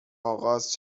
آغاز